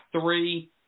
three